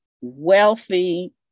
wealthy